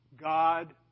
God